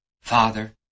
Father